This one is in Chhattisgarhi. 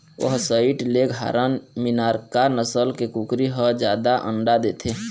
व्हसइट लेग हारन, मिनार्का नसल के कुकरी ह जादा अंडा देथे